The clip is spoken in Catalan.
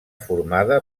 formada